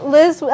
Liz